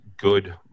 good